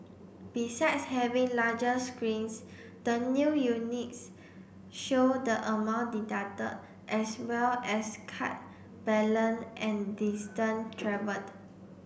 besides having larger screens the new units show the amount deducted as well as card balance and distance travelled